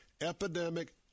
epidemic